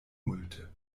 multe